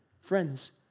Friends